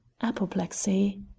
Apoplexy